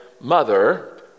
mother